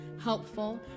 helpful